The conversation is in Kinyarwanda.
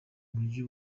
mujyi